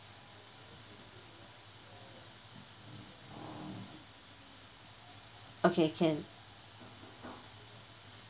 okay can